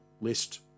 list